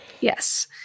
Yes